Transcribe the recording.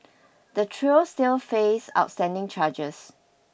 the trio still face outstanding charges